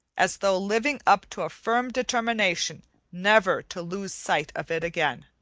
as though living up to a firm determination never to lose sight of it again.